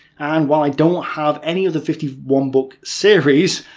and while i don't have any of the fifty one book series,